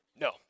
No